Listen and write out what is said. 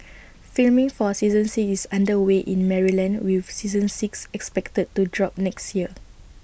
filming for season six is under way in Maryland with season six expected to drop next year